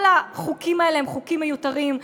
כל החוקים האלה הם חוקים מיותרים.